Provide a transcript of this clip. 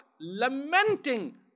lamenting